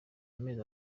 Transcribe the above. amezi